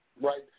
right